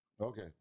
Okay